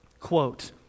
Quote